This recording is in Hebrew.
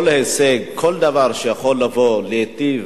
כל הישג, כל דבר שיכול לבוא, להיטיב,